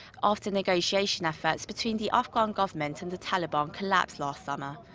after negotiation efforts between the afghan government and the taliban collapsed last summer.